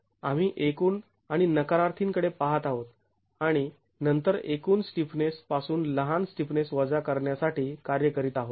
आम्ही एकूण आणि नकारार्थीं कडे पाहत आहोत आणि नंतर एकूण स्टिफनेस पासून लहान स्टिफनेस वजा करण्यासाठी कार्य करीत आहोत